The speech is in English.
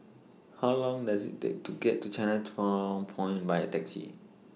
How Long Does IT Take to get to Chinatown Point By Taxi